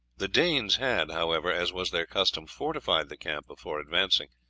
the danes had, however, as was their custom, fortified the camp before advancing,